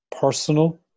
Personal